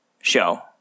show